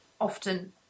often